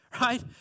right